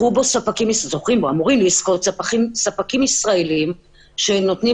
אמורים לזכות בו ספקים ישראלים שנותנים